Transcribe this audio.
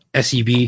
SEB